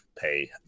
pay